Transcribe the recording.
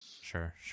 Sure